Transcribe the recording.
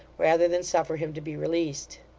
rather than suffer him to be released.